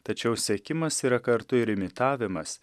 tačiau sekimas yra kartu ir imitavimas